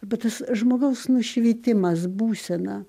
bet tas žmogaus nušvitimas būsena